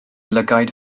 lygaid